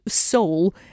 soul